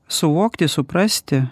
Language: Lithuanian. suvokti suprasti